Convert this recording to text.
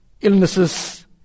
illnesses